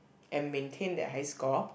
and maintain that high score